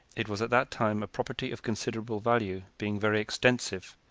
it was at that time a property of considerable value, being very extensive,